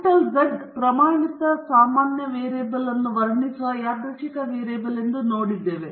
capital Z ಪ್ರಮಾಣಿತ ಸಾಮಾನ್ಯ variable ಅನ್ನು ವರ್ಣಿಸುವ ಯಾದೃಚ್ಛಿಕ ವೇರಿಯೇಬಲ್ ಎಂದು ನಾವು ನೋಡಿದ್ದೇವೆ